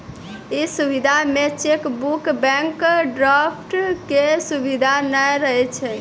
इ सुविधा मे चेकबुक, बैंक ड्राफ्ट के सुविधा नै रहै छै